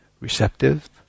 receptive